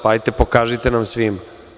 Pa, hajdete, pokažite nam svima.